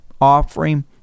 offering